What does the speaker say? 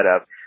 up